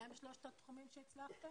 מה הם שלושת התחומים שהצלחתם?